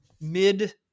mid